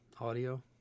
Audio